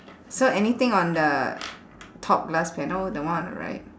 so anything on the top glass panel the one on the right